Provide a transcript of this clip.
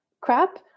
crap